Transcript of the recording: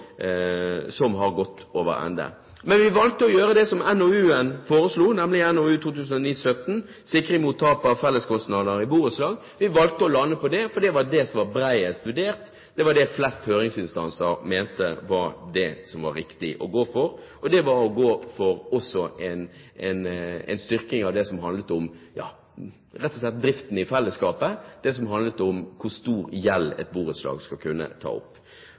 har gått over ende. Men vi valgte å gjøre det som NOU-en foreslo, nemlig NOU 2009:17 Sikring mot tap av felleskostnader i borettslag. Vi valgte å lande på det, for det var det som var bredest vurdert, og det var det flest høringsinstanser mente var det som var riktig å gå for, og det var å gå for en styrking av det som rett og slett handlet om driften i fellesskapet, det som handlet om hvor stor gjeld et borettslag skal kunne ta opp.